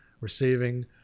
receiving